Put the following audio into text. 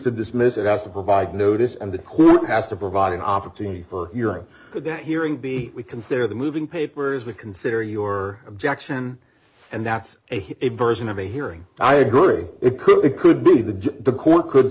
to dismiss it has to provide notice and the court has to provide an opportunity for your good that hearing be we consider the moving papers we consider your objection and that's it version of a hearing i agree it could be could be the court could